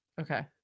Okay